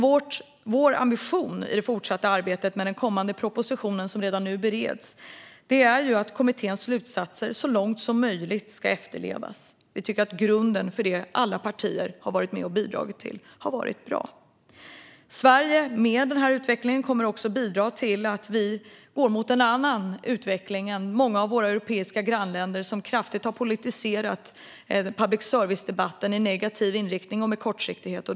Vår ambition i det fortsatta arbetet med den kommande propositionen, som redan nu bereds, är att kommitténs slutsatser så långt som möjligt ska efterlevas. Vi tycker att grunden för det som alla partier har varit med och bidragit till är bra. Sverige kommer i och med detta att gå mot en annan utveckling än många av våra europeiska grannländer, som kraftigt har politiserat public service-debatten i negativ riktning och med kortsiktighet.